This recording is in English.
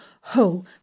ho